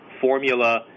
formula